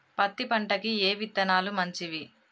పత్తి పంటకి ఏ విత్తనాలు మంచివి?